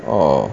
orh